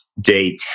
day